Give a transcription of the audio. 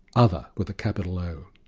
other, with a capital o,